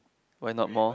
why not more